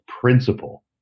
principle